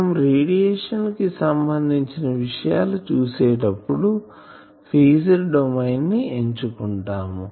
మనం రేడియేషన్ కి సంబంధించిన విషయాలు చూసేటప్పుడు ఫేజర్ డొమైన్ ని ఎంచుకుంటాము